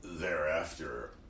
Thereafter